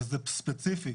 וזה ספציפי,